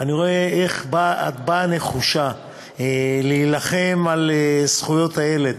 אני רואה איך את באה נחושה להילחם על זכויות הילד,